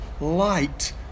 light